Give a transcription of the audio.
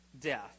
death